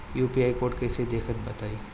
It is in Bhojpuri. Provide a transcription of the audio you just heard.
यू.पी.आई कोड कैसे देखब बताई?